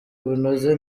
bunoze